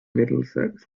middlesex